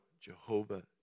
Jehovah